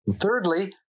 thirdly